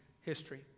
history